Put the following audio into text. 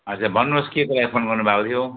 अच्छा भन्नुहोस् केको लागि फोन गर्नुभएको थियो